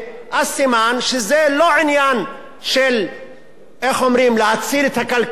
אז סימן שזה לא עניין של להציל את הכלכלה,